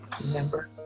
remember